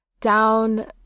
Down